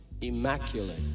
immaculate